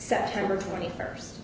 september twenty first